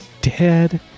Dead